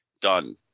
Done